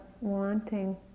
wanting